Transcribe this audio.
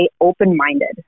open-minded